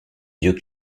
vieux